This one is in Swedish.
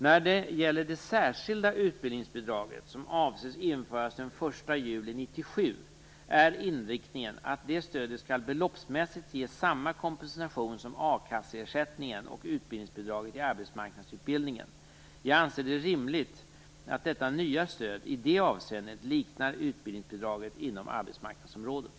När det gäller det särskilda utbildningsbidraget som avses införas den 1 juli 1997 är inriktningen att det stödet beloppsmässigt skall ge samma kompensation som a-kasseersättningen och utbildningsbidraget i arbetsmarknadsutbildningen. Jag anser det rimligt att detta nya stöd i det avseendet liknar utbildningsbidraget inom arbetsmarknadsområdet.